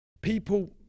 people